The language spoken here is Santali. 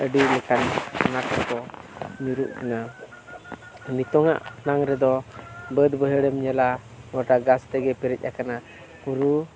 ᱟᱹᱰᱤ ᱞᱮᱠᱟᱱ ᱟᱱᱟᱴ ᱨᱮᱠᱚ ᱧᱩᱨᱩᱜ ᱠᱟᱱᱟ ᱱᱤᱛᱚᱝ ᱟᱜ ᱱᱟᱝ ᱨᱮᱫᱚ ᱵᱟᱹᱫᱽ ᱵᱟᱹᱭᱦᱟᱹᱲᱮᱢ ᱧᱮᱞᱟ ᱜᱚᱴᱟ ᱜᱷᱟᱥ ᱛᱮᱜᱮ ᱯᱮᱨᱮᱡ ᱠᱟᱱᱟ ᱯᱩᱨᱩ